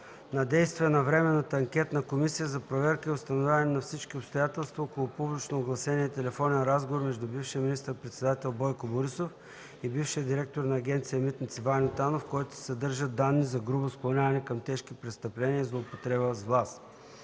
на действие на Временната анкетна комисия за проверка и установяване на всички обстоятелства около публично огласения телефонен разговор между бившия министър-председател Бойко Борисов и бившия директор на Агенция „Митници” Ваньо Танов, в който се съдържат данни за грубо склоняване към тежки престъпления и злоупотреба с власт.